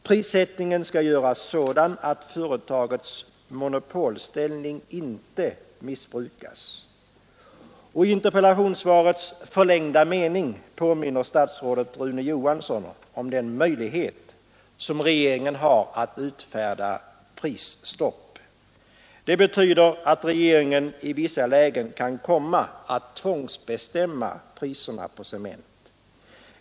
Prissättningen skall göras sådan att företagets monopolställning inte missbrukas. Och i interpellationssvarets förlängning påminner statsrådet Rune Johansson om den möjlighet som regeringen har att utfärda prisstopp. Det betyder att regeringen i vissa lägen kan komma att tvångsbestämma priserna på cement.